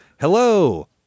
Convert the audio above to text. Hello